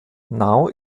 now